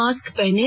mask पहनें